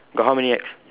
got how many X